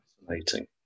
fascinating